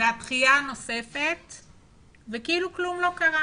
והדחייה הנוספת וכאילו כלום לא קרה